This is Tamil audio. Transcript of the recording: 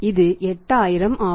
இது 8000 ஆகும்